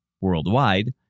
Worldwide